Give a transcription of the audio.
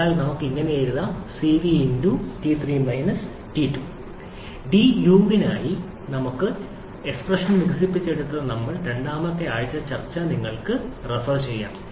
അതിനാൽ നമുക്ക് ഇത് എഴുതാം Cv T3 −T2 duവിനായി നമ്മൾ എക്സ്പ്രഷനുകൾ വികസിപ്പിച്ചെടുത്ത നമ്മളുടെ രണ്ടാമത്തെ ആഴ്ച ചർച്ച നിങ്ങൾക്ക് റഫർ ചെയ്യാം